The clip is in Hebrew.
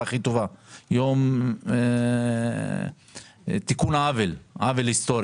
הכי טובה כשאמר שהיום נעשה תיקון עוול היסטורי.